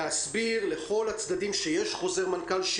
להסביר לכל הצדדים שיש חוזר מנכ"ל,